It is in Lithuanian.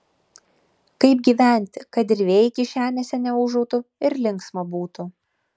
kaip gyventi kad ir vėjai kišenėse neūžautų ir linksma būtų